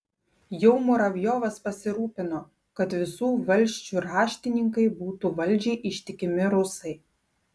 jau muravjovas pasirūpino kad visų valsčių raštininkai būtų valdžiai ištikimi rusai